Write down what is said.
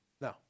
No